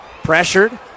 Pressured